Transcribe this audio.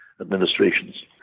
administrations